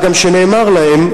מה גם שנאמר להם,